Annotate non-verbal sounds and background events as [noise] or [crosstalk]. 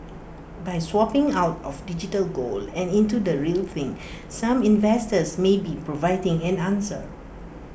by swapping out of digital gold and into the real thing [noise] some investors may be providing an answer